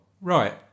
right